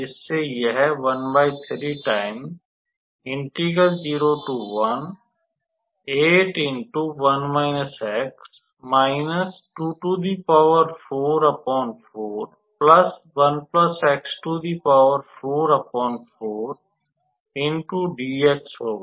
जिससे यह होगा